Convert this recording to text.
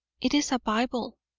it is a bible.